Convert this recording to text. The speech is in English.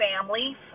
family